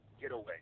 getaway